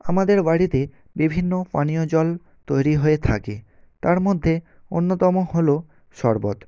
আমাদের বাড়িতে বিভিন্ন পানীয় জল তৈরি হয়ে থাকে তার মধ্যে অন্যতম হলো শরবত